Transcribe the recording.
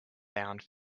found